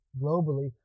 globally